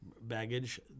baggage